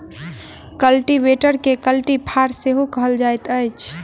कल्टीवेटरकेँ कल्टी फार सेहो कहल जाइत अछि